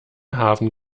hafen